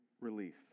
relief